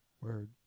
Word